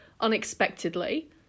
Unexpectedly